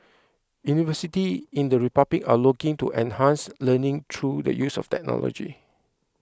university in the republic are looking to enhance learning through the use of technology